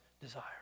desire